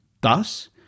Thus